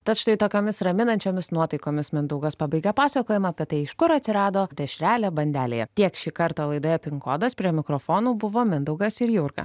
tad štai tokiomis raminančiomis nuotaikomis mindaugas pabaigė pasakojamą apie tai iš kur atsirado dešrelė bandelėje tiek šį kartą laidoje pin kodas prie mikrofonų buvo mindaugas ir jurga